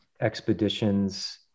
expeditions